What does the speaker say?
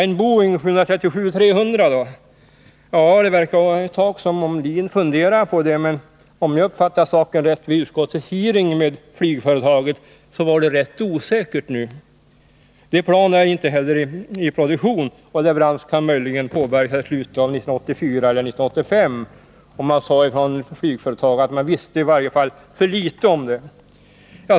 Än Boeing 737 och 300 då? Det verkade ett tag som om LIN funderade på det, men om jag uppfattade saken rätt vid utskottets hearing med flygföretaget så var det rätt osäkert nu. Det planet är inte heller i produktion, och leverans kan möjligen påbörjas i slutet av 1984 eller 1985. Man sade från flygföretaget att man visste för litet om det.